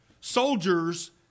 soldiers